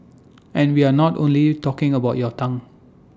and we are not only talking about your tongue